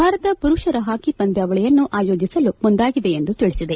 ಭಾರತ ಪುರುಷರ ಹಾಕಿ ಪಂದ್ಯಾವಳಿಯನ್ನು ಆಯೋಜಿಸಲು ಮುಂದಾಗಿದೆ ಎಂದು ತಿಳಿಸಿದೆ